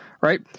right